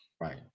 right